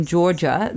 Georgia